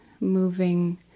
moving